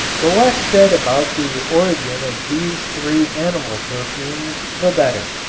the less said about the origin of these three animal perfumes the better.